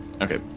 Okay